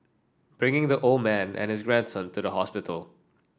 bringing the old man and his grandson to the hospital